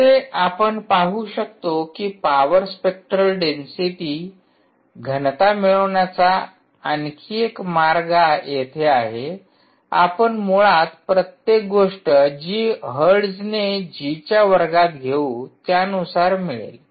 जसे आपण पाहू शकतो की पॉवर स्पेक्ट्रल घनता मिळविण्याचा आणखी एक मार्ग येथे आहे आपण मुळात प्रत्येक गोष्ट जी हर्ट्जने जीच्या वर्गात घेऊ त्यानुसार मिळेल